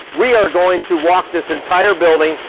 we are going to walk this entire building.